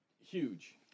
huge